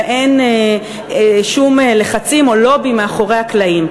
ואין שום לחצים או לובי מאחורי הקלעים.